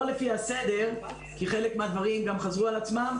לפי הסדר כי חלק מהדברים חזרו על עצמם.